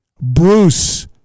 Bruce